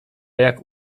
jak